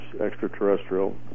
extraterrestrial